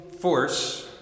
force